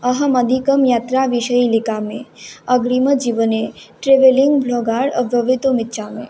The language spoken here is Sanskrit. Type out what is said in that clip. अहम् अधिकं यात्रा विषये लिखामि अग्रिमजीवने ट्रिवेलिङ्ग् ब्लोगार्ड् भवितुम् इच्छामि